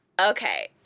Okay